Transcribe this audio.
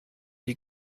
die